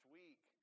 week